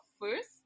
first